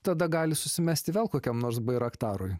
tada gali susimesti vėl kokiam nors bairaktarui